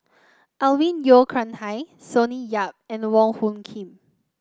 Alvin Yeo Khirn Hai Sonny Yap and Wong Hung Khim